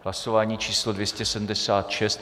Hlasování číslo 276.